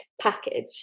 package